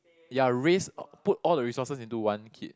ya raise or put all the resources into one kid